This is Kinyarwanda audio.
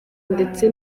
ndetse